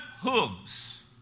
hooves